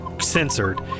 Censored